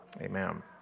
Amen